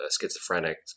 schizophrenic